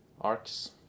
arcs